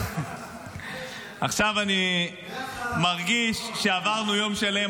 אני מרגיש שעברנו יום שלם,